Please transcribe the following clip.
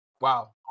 Wow